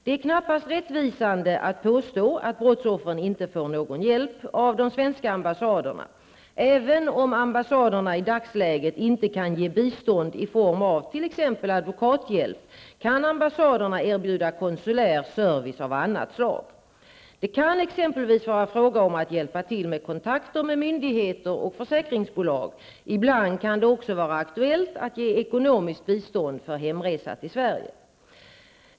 Det är knappast rättvisande att påstå att brottsoffren inte får någon hjälp av de svenska ambassaderna. Även om ambassaderna i dagsläget inte kan ge bistånd i form av t.ex. advokathjälp kan ambassaderna erbjuda konsulär service av annat slag. Det kan exempelvis vara fråga om att hjälpa till med kontakter med myndigheter och försäkringsbolag, ibland kan det också vara aktuellt att ge ekonomiskt bistånd för hemresa till Sverige.